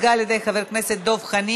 עברה בקריאה טרומית ועוברת לוועדת החינוך,